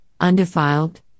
undefiled